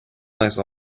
nice